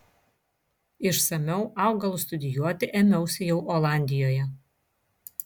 išsamiau augalus studijuoti ėmiausi jau olandijoje